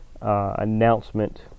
announcement